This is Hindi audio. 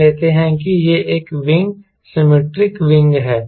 मान लेते हैं कि यह एक विंग सिमिट्रिक विंग है